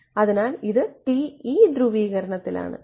അതിനാൽ ഇത് TE ധ്രുവീകരണത്തിലാണ്